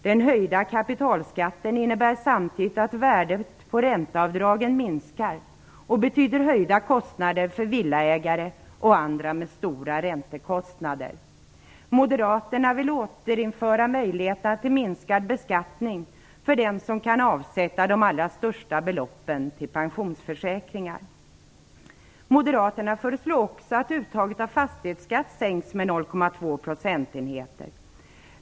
Den höjda kapitalskatten innebär samtidigt att värdet på ränteavdragen minskar och betyder höjda kostnader för villaägare och andra med stora räntekostnader. Moderaterna vill återinföra möjligheterna till minskad beskattning för dem som kan avsätta de allra största beloppen till pensionsförsäkringar. Moderaterna föreslår också att uttaget av fastighetsskatt sänks med 0,2 procentenheter.